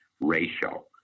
ratio